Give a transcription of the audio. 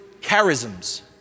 charisms